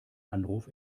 anruf